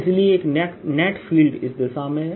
इसलिए एक net field इस दिशा में है